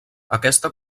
aquesta